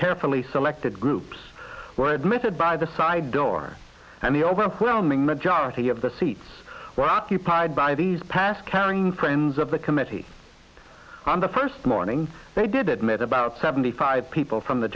carefully selected groups were admitted by the side door and the overwhelming majority of the seats were occupied by these past caring friends of the committee under first morning they did it made about seventy five people from the